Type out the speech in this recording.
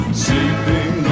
sleeping